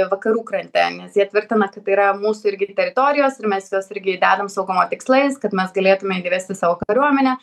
vakarų krante nes jie tvirtina kad tai yra mūsų irgi teritorijos ir mes juos irgi dedam saugumo tikslais kad mes galėtumėm įvesti savo kariuomenę